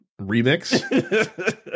remix